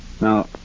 Now